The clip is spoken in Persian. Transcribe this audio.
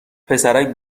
پسرک